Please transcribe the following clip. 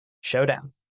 showdown